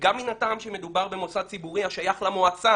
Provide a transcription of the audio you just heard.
גם מן הטעם שמדובר במוסד ציבורי השייך למועצה